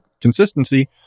consistency